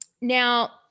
now